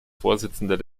vorsitzender